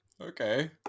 okay